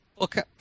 Okay